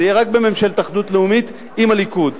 יהיה רק בממשלת אחדות לאומית עם הליכוד.